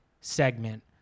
segment